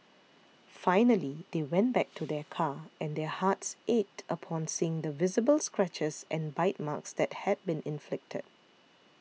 finally they went back to their car and their hearts ached upon seeing the visible scratches and bite marks that had been inflicted